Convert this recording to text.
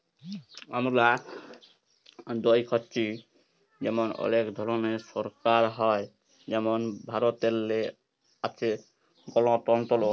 আমরা দ্যাইখছি যে অলেক ধরলের সরকার হ্যয় যেমল ভারতেল্লে আছে গলতল্ত্র